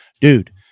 dude